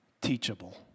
teachable